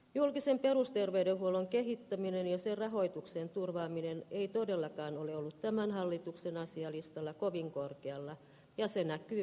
julkisen perusterveydenhuollon kehittäminen ja sen rahoituksen turvaaminen ei todellakaan ole ollut tämän hallituksen asialistalla kovin korkealla ja se näkyy